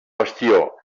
bastió